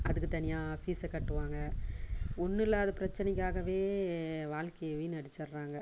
அதுக்குத் தனியாக ஃபீஸை கட்டுவாங்க ஒன்னில்லாத பிரச்சனைக்காகவே வாழ்க்கையை வீணடிச்சர்றாங்க